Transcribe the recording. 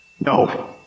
No